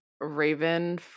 Raven